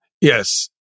Yes